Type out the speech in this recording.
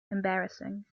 embarrassing